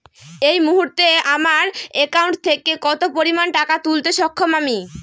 এই মুহূর্তে আমার একাউন্ট থেকে কত পরিমান টাকা তুলতে সক্ষম আমি?